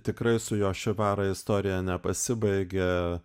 tikrai su jošivara istorija nepasibaigė